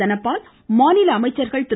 தனபால் மாநில அமைச்சர்கள் திரு